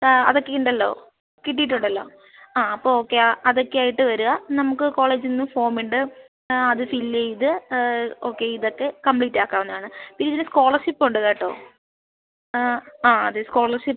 അതൊക്കെ ഉണ്ടല്ലോ കിട്ടിയിട്ടുണ്ടല്ലോ ആ അപ്പോൾ ഓക്കെ അതൊക്കെ ആയിട്ട് വരിക നമുക്ക് കോളേജിൽ നിന്ന് ഫോമ് ഉണ്ട് അത് ഫില്ല് ചെയ്ത് ഓക്കെ ഇതൊക്കെ കംപ്ലീറ്റ് ആക്കാവുന്നതാണ് പിന്നെ ഇതിന് സ്കോളർഷിപ്പ് ഉണ്ട് കേട്ടോ ആ അതെ സ്കോളർഷിപ്പ്